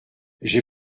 j’ai